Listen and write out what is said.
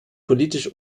politisch